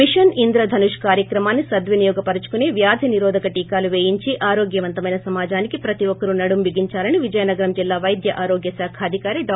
machine Indradhanush కార్యక్రమన్ని సద్వినియోగపర్సుకుని వ్యాధి నిరోధక టీకాలు పేయించి ఆరోగ్యవంతమైన సమాజానికి ప్రతి ఒక్కరూ నడుం బిగించాలని విజయనగరం జిల్లా వైద్య ఆరోగ్య శాఖాధికారి డా